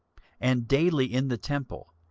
and daily in the temple,